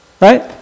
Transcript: right